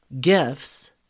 gifts